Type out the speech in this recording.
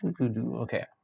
okay